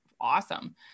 awesome